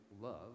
love